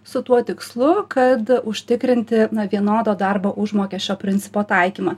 su tuo tikslu kad užtikrinti vienodo darbo užmokesčio principo taikymą